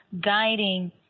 guiding